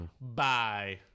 Bye